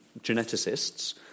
geneticists